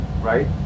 right